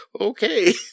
okay